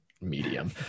medium